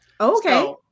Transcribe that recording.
Okay